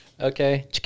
Okay